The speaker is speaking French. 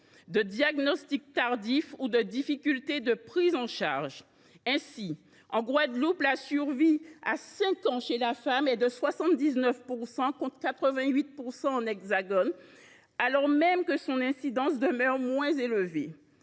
de diagnostics tardifs ou de difficultés de prise en charge. Ainsi, en Guadeloupe, la survie après cinq ans chez la femme est de 79 %, contre 88 % dans l’Hexagone, alors même que l’incidence de ce cancer demeure moins élevée.